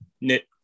knit